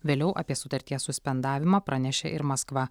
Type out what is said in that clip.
vėliau apie sutarties suspendavimą pranešė ir maskva